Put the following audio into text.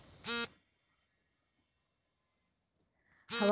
ಹವಾಮಾನ ವೈಪರಿತ್ಯದಿಂದ ದಾಳಿಂಬೆ ಬೆಳೆಗೆ ಹಾನಿ ಇದೆಯೇ?